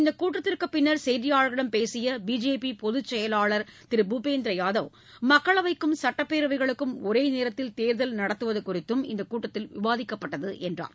இந்தக் கூட்டத்திற்குப் பின்னர் செய்தியாளர்களிடம் பேசிய பிஜேபி பொதுச் செயலாளர் திரு பூபேந்திர யாதவ் மக்களவைக்கும் சட்டப்பேரவைகளுக்கும் ஒரே நேரத்தில் தேர்தல் நடத்துவது குறித்தும் இந்தக் கூட்டத்தில் விவாதிக்கப்பட்டது என்றார்